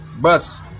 bus